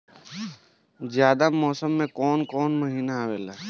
जायद मौसम में कौन कउन कउन महीना आवेला?